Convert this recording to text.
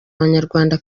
abanyarwanda